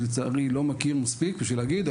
אני לצערי לא מכיר מספיק בשביל להגיד,